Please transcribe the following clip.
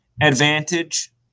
advantage